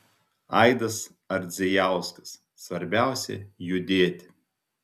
aidas ardzijauskas svarbiausia judėti